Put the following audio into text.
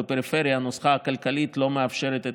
בפריפריה הנוסחה הכלכלית לא מאפשרת את